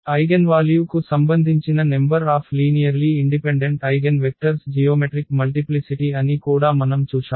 eigenvalue కు సంబంధించిన number of linearly independent eigenvectors geometric multiplicity అని కూడా మనం చూశాము